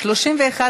(תיקון מס' 58), התשע"ט 2018, נתקבל.